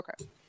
Okay